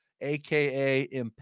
aka